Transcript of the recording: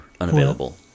unavailable